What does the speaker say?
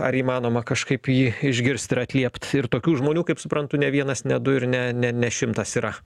ar įmanoma kažkaip jį išgirst ir atliept ir tokių žmonių kaip suprantu ne vienas ne du ir ne ne ne šimtas yra